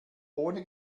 ohne